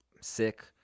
sick